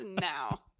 now